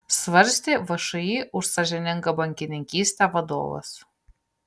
svarstė všį už sąžiningą bankininkystę vadovas